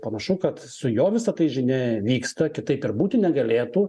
panašu kad su jo visa tai žinia vyksta kitaip ir būti negalėtų